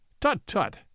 Tut-tut